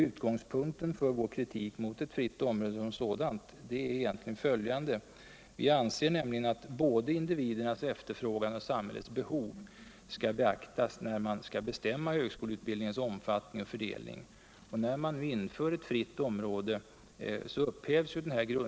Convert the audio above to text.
Utgångspunkten för vår kritik mot ett fritt område som sädant är följande: Vi anser all både individernas efterfrågan och samhällets behov skall resurser.